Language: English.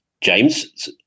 James